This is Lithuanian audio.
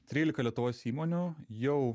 trylika lietuvos įmonių jau